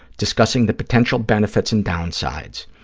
discussing the potential benefits and downsides.